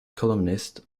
columnist